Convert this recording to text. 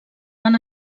han